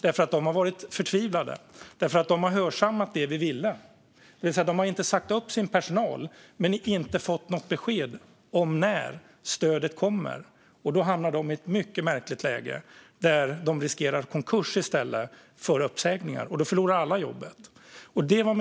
De har varit förtvivlade eftersom de har hörsammat det vi ville, det vill säga inte sagt upp sin personal, men inte fått något besked om när stödet kommer. Då hamnar de i ett mycket märkligt läge där de riskerar konkurs i stället för uppsägningar, och då förlorar alla jobbet. Fru talman!